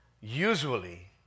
usually